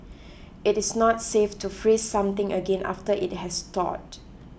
it is not safe to freeze something again after it has thawed